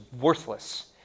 worthless